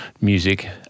music